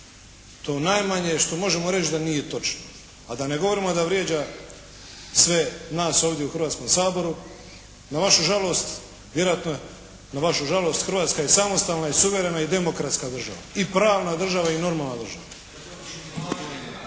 To najmanje što možemo reći da nije točno. A da ne govorimo da vrijeđa sve nas ovdje u Hrvatskom saboru. Na vašu žalost, Hrvatska je samostalna i suverena i demokratska država i pravna država i normalna država.